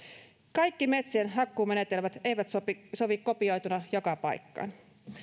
kaikki metsien hakkuumenetelmät eivät sovi sovi kopioituna joka paikkaan